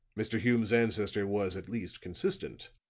mr. hume's ancestor was at least consistent.